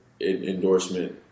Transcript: endorsement